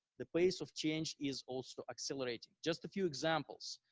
the pace of change is also accelerating. just a few examples.